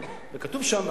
וכתוב שם,